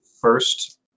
first